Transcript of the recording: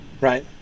right